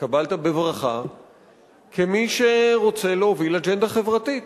והתקבלת בברכה כמי שרוצה להוביל אג'נדה חברתית,